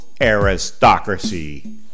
aristocracy